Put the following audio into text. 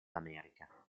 america